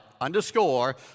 Underscore